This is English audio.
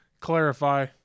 clarify